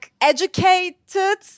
educated